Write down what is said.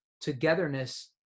togetherness